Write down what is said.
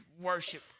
worship